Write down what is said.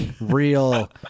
real